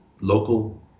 local